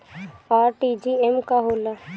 RTGS का होला?